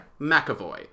McAvoy